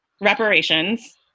reparations